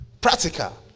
Practical